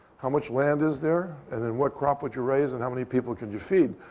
how much land is there? and then, what crop would you raise? and how many people could you feed?